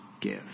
give